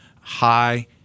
high